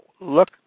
look